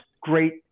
great